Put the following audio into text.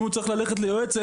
אם הוא צריך ללכת ליועצת,